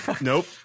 Nope